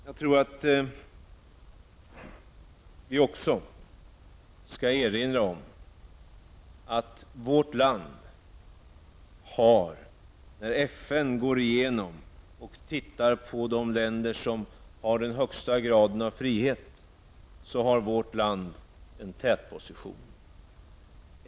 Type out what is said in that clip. Jag tror att vi också skall erinra om att FN har gått igenom och tittat på vilka länder som har den högsta graden av frihet och att vårt land har en tätposition.